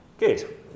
Good